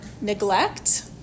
neglect